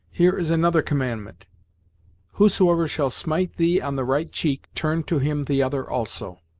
here is another commandment whosoever shall smite thee on the right cheek, turn to him the other also